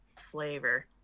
flavor